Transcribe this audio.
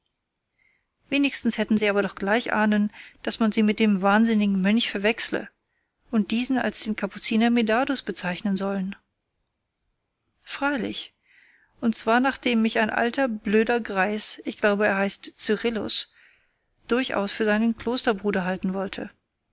wenigstens hätten sie aber doch gleich ahnen daß man sie mit dem wahnsinnigen mönch verwechsle und diesen als den kapuziner medardus bezeichnen sollen freilich und zwar nachdem mich ein alter blöder greis ich glaube er heißt cyrillus durchaus für seinen klosterbruder halten wollte